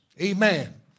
amen